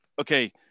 Okay